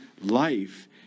life